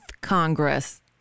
Congress